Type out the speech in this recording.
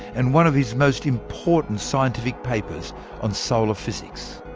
and one of his most important scientific papers on solar physics.